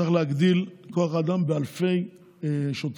צריך להגדיל את כוח האדם באלפי שוטרים.